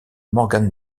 morgan